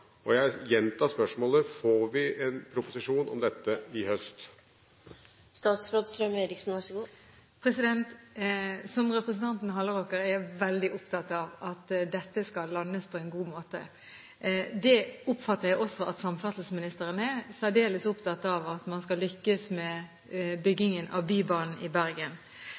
Og jeg gjentar spørsmålet: Får vi en proposisjon om dette i høst? Som representanten Halleraker er jeg veldig opptatt av at dette skal landes på en god måte. Jeg oppfatter også at samferdselsministeren er særdeles opptatt av at man skal lykkes med byggingen av Bybanen i Bergen.